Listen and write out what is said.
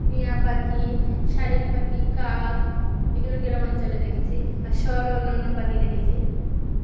টিঁয়া পাখি শালিক পাখি কাক এগুলো গ্রাম অঞ্চলে দেখেছি আর শহরে অন্য অন্য পাখি দেখেছি